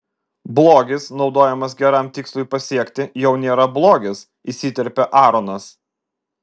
blogis naudojamas geram tikslui pasiekti jau nėra blogis įsiterpė aaronas